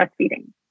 breastfeeding